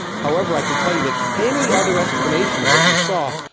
however, i can tell you that any other explanation of what you saw,